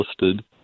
listed